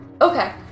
Okay